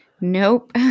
Nope